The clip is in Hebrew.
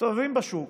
מסתובבים בשוק